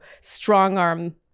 strong-arm